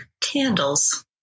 candles